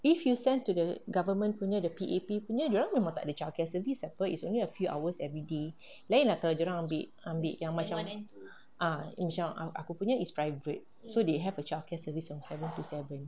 if you send to the government punya the P_A_P punya dorang memang tak ada childcare service apa it's only a few hours everyday lain lah kalau dorang ambil ambil yang macam ah macam aku punya is private so they have a childcare service from seven to seven